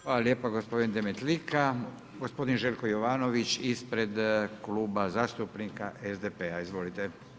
Hvala lijepa gospodine Dmetlika, gospodin Željko Jovanović, ispred Kluba zastupnika SDP-a, izvolite.